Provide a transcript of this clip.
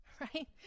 right